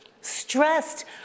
Stressed